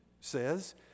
says